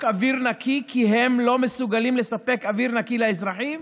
אוויר נקי כי הם לא מסוגלים לספק אוויר נקי לאזרחים?